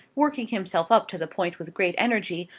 working himself up to the point with great energy,